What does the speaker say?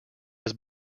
was